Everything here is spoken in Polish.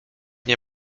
nie